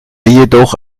jedoch